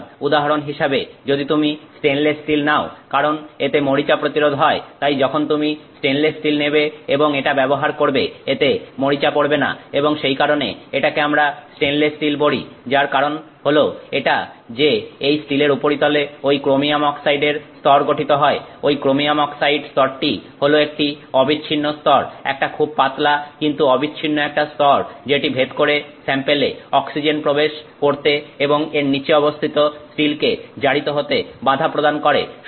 সুতরাং উদাহরণ হিসেবে যদি তুমি স্টেনলেস স্টিল নাও কারণ এতে মরিচা প্রতিরোধ হয় তাই যখন তুমি স্টেনলেস স্টিল নেবে এবং এটা ব্যবহার করবে এতে মরিচা পড়বে না এবং সেই কারণে এটাকে আমরা স্টেনলেস স্টিল বলি যার কারণ হলো এটা যে এই স্টিলের উপরিতলে ওই ক্রোমিয়াম অক্সাইডের স্তর গঠিত হয় ওই ক্রোমিয়াম অক্সাইড স্তরটি হল একটি অবিচ্ছিন্ন স্তর এটা খুব পাতলা কিন্তু অবিচ্ছিন্ন একটা স্তর যেটি ভেদ করে স্যাম্পেলে অক্সিজেন প্রবেশ করতে এবং এর নিচে অবস্থিত স্টিলকে জারিত হতে বাধা প্রদান করে